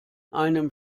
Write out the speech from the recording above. einem